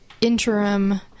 interim